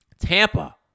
Tampa